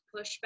pushback